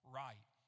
right